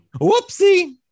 Whoopsie